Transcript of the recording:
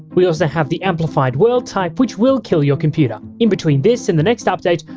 we also have the amplified world type which will kill your computer. in between this and the next update,